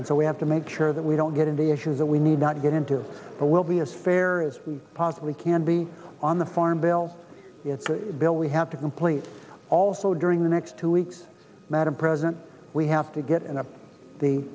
and so we have to make sure that we don't get into issues that we need not get into but will be as fair as we possibly can be on the farm bill bill we have to complete also during the next two weeks madam president we have to get